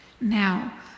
Now